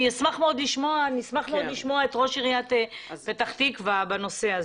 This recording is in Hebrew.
אני אשמח מאוד לשמוע את ראש עיריית פתח תקווה בנושא הזה.